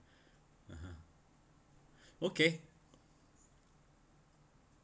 (uh huh) okay